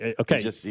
Okay